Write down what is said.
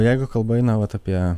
jeigu kalba eina vat apie